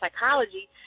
psychology